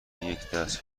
یکدست